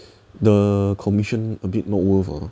the commission a bit not worth ah